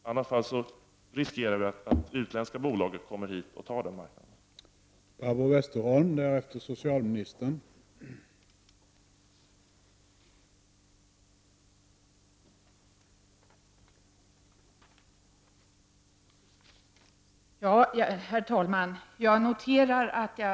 I annat fall riskerar vi att utländska bolag kommer hit och tar den marknaden.